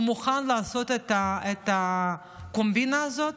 הוא מוכן לעשות את הקומבינה הזאת?